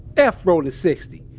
f rollin sixty.